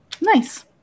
Nice